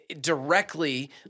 directly